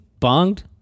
Bonged